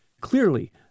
Clearly